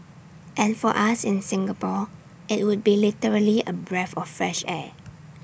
and for us in Singapore IT would be literally A breath of fresh air